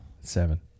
Seven